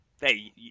hey